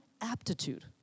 aptitude